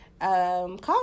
Call